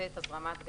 הזרמת גז,